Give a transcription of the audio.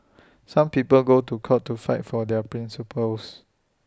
some people go to court to fight for their principles